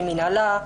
של מינהלה,